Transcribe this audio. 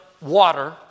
water